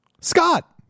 Scott